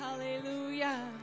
Hallelujah